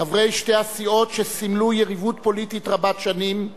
חברי שתי הסיעות שסימלו יריבות פוליטית רבת שנים,